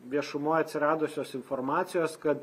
viešumoj atsiradusios informacijos kad